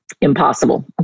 Impossible